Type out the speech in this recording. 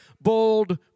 bold